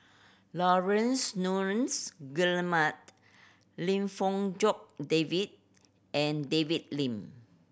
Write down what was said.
Laurence Nunns Guillemard Lim Fong Jock David and David Lim